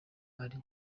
ari